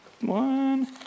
one